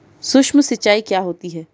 सुक्ष्म सिंचाई क्या होती है?